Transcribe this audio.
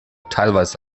teilweise